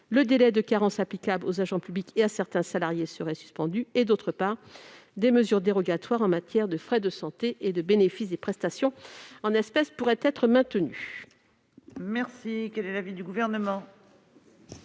le délai de carence applicable aux agents publics et à certains salariés serait suspendu et, d'autre part, des mesures dérogatoires en matière de frais de santé et de bénéfice des prestations en espèces pourraient être maintenues.